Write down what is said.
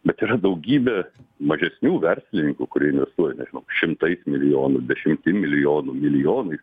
bet yra daugybės mažesnių verslininkų kurie investuoja nežinau šimtais milijonų dešimtim milijonų milijonais